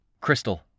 Crystal